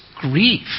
grief